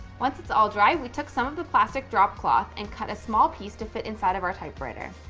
once it's all dry, we took some of the plastic drop cloth and cut a small piece to fit inside of our typewriter.